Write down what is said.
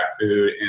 food